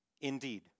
indeed